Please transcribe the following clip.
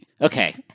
okay